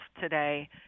today